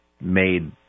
made